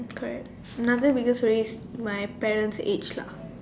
correct another biggest worry is my parents' age lah